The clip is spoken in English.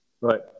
right